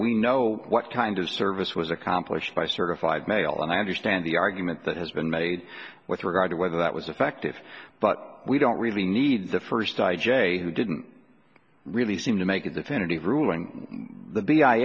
we know what kind of service was accomplished by certified mail and i understand the argument that has been made with regard to whether that was effective but we don't really need the first i j who didn't really seem to make a definitive ruling th